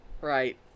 right